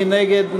מי נגד?